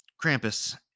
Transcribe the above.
Krampus